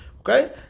Okay